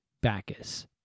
Bacchus